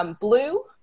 Blue